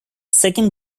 second